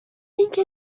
اینکه